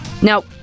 Now